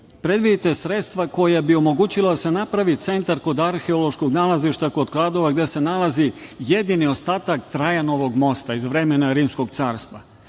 predvidite sredstva koja bi omogućila da se napravi centar kod arheološkog nalazišta kod Kladova, gde se nalazi jedini ostatak Trajanovog mesta, iz vremena Rimskog carstva.